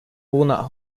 walnut